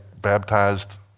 baptized